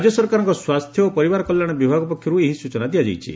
ରାଜ୍ୟ ସରକାରଙ୍କ ସ୍ୱାସ୍ଥ୍ୟ ଓ ପରିବାର କଲ୍ୟାଣ ବିଭାଗ ପକ୍ଷରୁ ଏହି ସୂଚନା ଦିଆ ଯାଇଛି